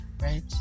right